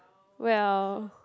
well